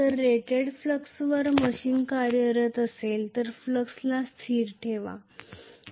जर रेटेड फ्लक्सवर मशीन कार्यरत असेल तर फ्लक्सला स्थिर ठेवा